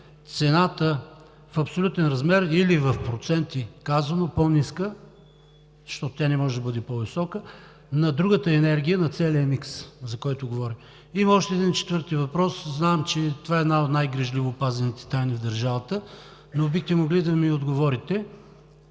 цената в абсолютен размер или казано по-ниска в проценти, защото тя не може да бъде по-висока, на другата енергия – на целия микс, за който говорим? Имам още един, четвърти, въпрос. Знам, че това е една от най грижливо пазените тайни в държавата, но бихте ли могли да ми отговорите